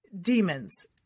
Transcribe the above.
demons